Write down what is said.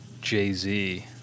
jay-z